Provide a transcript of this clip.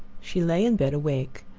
she lay in bed awake,